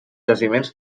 jaciments